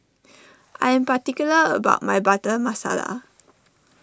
I am particular about my Butter Masala